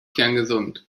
kerngesund